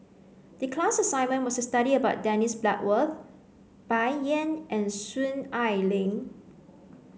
the class assignment was to study about Dennis Bloodworth Bai Yan and Soon Ai Ling